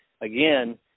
again